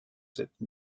cette